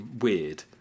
weird